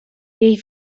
jej